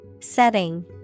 Setting